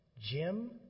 Jim